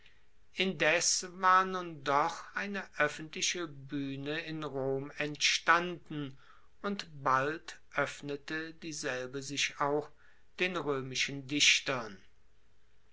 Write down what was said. indes war nun doch eine oeffentliche buehne in rom entstanden und bald oeffnete dieselbe sich auch den roemischen dichtern